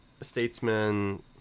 statesman